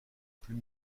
plus